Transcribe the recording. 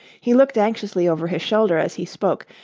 he looked anxiously over his shoulder as he spoke,